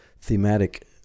thematic